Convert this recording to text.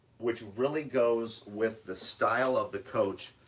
which really goes with the style of the coach.